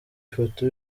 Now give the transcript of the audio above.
ifoto